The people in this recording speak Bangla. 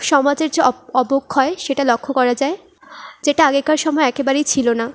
সমাজের যে অবক্ষয় সেটা লক্ষ্য করা যায় যেটা আগেকার সময়ে একেবারেই ছিল না